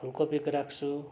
फुलकोपीको राख्छु